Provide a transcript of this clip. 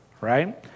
right